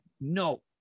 No